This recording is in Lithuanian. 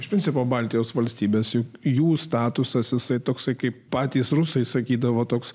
iš principo baltijos valstybėse jų statusas visai toks kaip patys rusai sakydavo toks